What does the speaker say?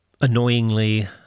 annoyingly